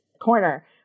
corner